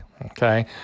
Okay